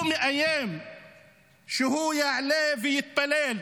הוא מאיים שהוא יעלה ויתפלל.